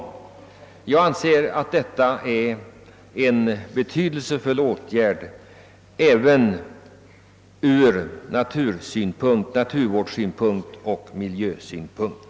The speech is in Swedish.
Enligt min mening är detta en betydelsefull åtgärd även från naturvårdsoch miljösynpunkt.